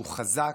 שהוא חזק,